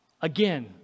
Again